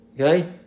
Okay